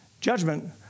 judgment